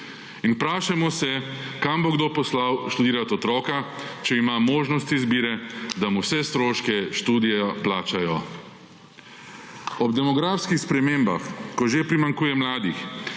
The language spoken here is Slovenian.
In vprašajmo se kam bo kdo poslal študirati otroka, če ima možnost izbire, da mu vse stroške študija plačajo. Ob demografskih spremembah, ko že primanjkuje mladih,